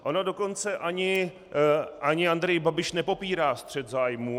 On dokonce ani Andrej Babiš nepopírá střet zájmů.